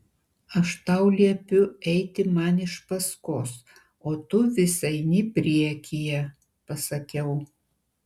aš tau liepiu eiti man iš paskos o tu vis eini priekyje pasakiau